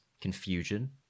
confusion